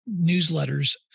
newsletters